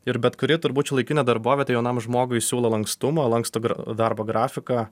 ir bet kuri turbūt šiuolaikinė darbovietė jaunam žmogui siūlo lankstumą lankstų darbo grafiką